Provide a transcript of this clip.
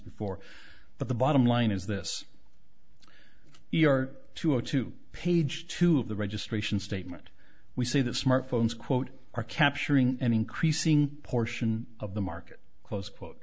before but the bottom line is this your to go to page two of the registration statement we see that smartphones quote are capturing an increasing portion of the market close quote